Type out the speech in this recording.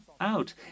out